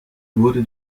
wurde